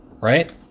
right